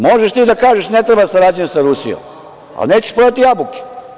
Možeš ti da kažeš ne treba da sarađujemo sa Rusijom, a nećeš prodati jabuke.